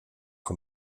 von